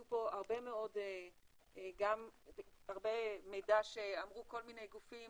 פה הרבה מאוד מידע שאמרו כל מיני גופים